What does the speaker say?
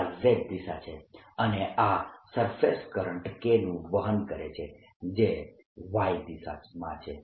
આ Z દિશા છે અને આ સરફેસ કરંટ K નું વહન કરે છે જે Y દિશામાં છે